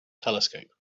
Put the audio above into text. telescope